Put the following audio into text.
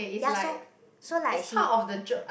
ya so so like she